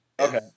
Okay